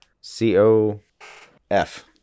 C-O-F